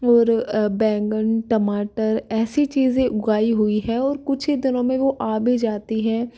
और बैंगन टमाटर ऐसी चीज़ें उगाई हुई है और कुछ ही दिनों में वह आ भी जाती हैं